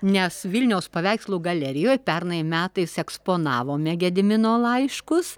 nes vilniaus paveikslų galerijoje pernai metais eksponavome gedimino laiškus